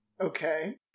okay